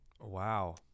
wow